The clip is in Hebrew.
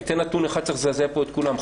אני אתן נתון אחד שצריך לזעזע פה את כולם.